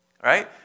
Right